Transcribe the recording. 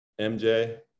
MJ